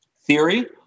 theory